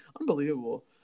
unbelievable